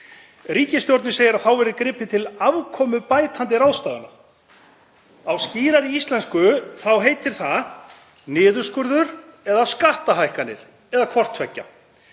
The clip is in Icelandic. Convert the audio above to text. Ríkisstjórnin segir að þá verði gripið til afkomubætandi ráðstafana. Á skýrari íslensku heitir það niðurskurður eða skattahækkanir eða hvort tveggja.